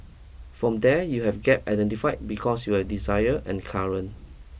from there you have gap identified because you have desire and current